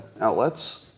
outlets